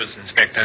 Inspector